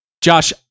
Josh